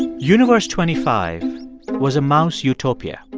universe twenty five was a mouse utopia.